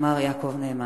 מר יעקב נאמן.